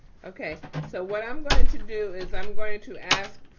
okay, so what i'm going to do is i'm going to ask,